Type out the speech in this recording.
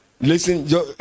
listen